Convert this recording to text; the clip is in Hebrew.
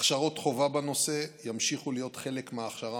הכשרות חובה בנושא ימשיכו להיות חלק מההכשרה